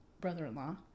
brother-in-law